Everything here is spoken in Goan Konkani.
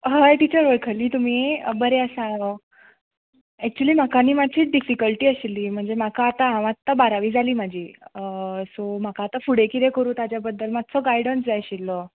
हय टिचर वळखली तुमी बरें आसा एक्चली म्हाका न्ही मात्शी डिफिकल्टी आशिल्ली म्हणजे म्हाका आतां हांव आत्तां बारावी जाली म्हाजी सो म्हाका आतां फुडें किते करूं ताज्या बद्दल मात्सो गायडन्स जाय आशिल्लो